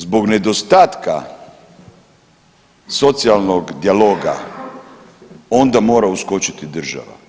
Zbog nedostatka socijalnog dijaloga onda mora uskočiti država.